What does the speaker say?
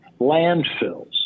landfills